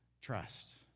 Trust